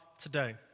Today